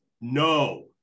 no